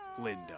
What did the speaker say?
Linda